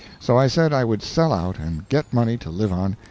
so i said i would sell out and get money to live on,